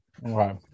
right